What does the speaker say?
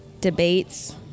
Debates